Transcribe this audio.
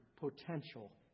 potential